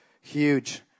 huge